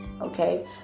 okay